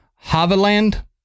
Haviland